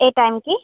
ఏ టైమ్కి